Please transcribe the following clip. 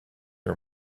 her